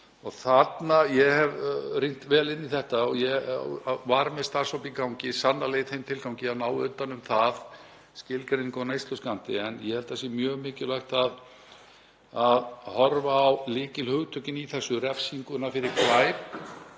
þá hvernig. Ég hef rýnt vel í þetta og ég var með starfshóp í gangi, sannarlega í þeim tilgangi að ná utan um það, skilgreiningu á neysluskammti. En ég held að það sé mjög mikilvægt að horfa á lykilhugtökin í þessu, refsinguna fyrir glæp